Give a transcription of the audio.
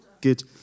Good